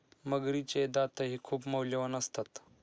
मगरीचे दातही खूप मौल्यवान असतात